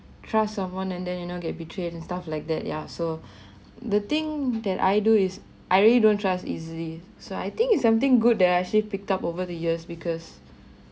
trust someone and then you know get betrayed and stuff like that ya so the thing that I do is I really don't trust easily so I think it's something good that I actually picked up over the years because